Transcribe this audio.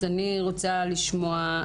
אני רוצה לשמוע,